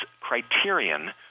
criterion-